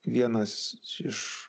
vienas iš